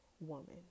woman